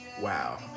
wow